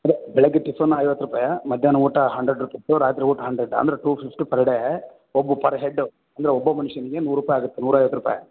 ಅದೆ ಬೆಳಗ್ಗೆ ಟಿಫಿನ್ ಐವತ್ತು ರೂಪಾಯಿ ಮಧ್ಯಾಹ್ನ ಊಟ ಹಂಡ್ರೆಡ್ ರುಪಿಸ್ದು ರಾತ್ರಿ ಊಟ ಹಂಡ್ರೆಡ್ ಅಂದರೆ ಟು ಫಿಫ್ಟಿ ಪರ್ ಡೇ ಒಬ್ಬ ಪರ್ ಹೆಡ್ಡು ಅಂದರೆ ಒಬ್ಬ ಮನುಷ್ಯನಿಗೆ ನೂರು ರೂಪಾಯಿ ಆಗುತ್ತೆ ನೂರೈವತ್ತು ರೂಪಾಯಿ